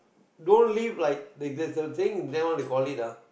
don't live like there there's a saying what they call it ah